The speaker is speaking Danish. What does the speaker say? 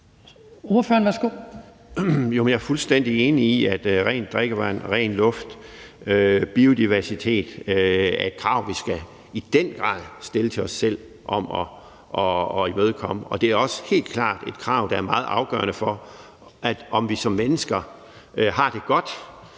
jeg er fuldstændig enig i, at kravet om rent drikkevand, ren luft og biodiversitet er et, vi i den grad skal stille til os selv og imødekomme. Det er også helt klart et krav, der er meget afgørende for, om vi som mennesker har det godt